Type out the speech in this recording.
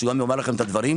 שגם יאמרו לכם את הדברים.